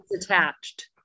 attached